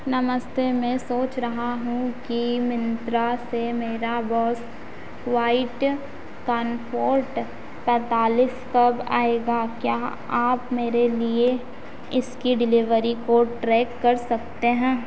नमस्ते मैं सोच रहा हूँ कि मिंत्रा से मेरा बोस क्वाइटकॉम्फोर्ट पैंतालीस कब आएगा क्या आप मेरे लिए इसकी डिलीवरी को ट्रैक कर सकते हैं